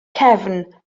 cefn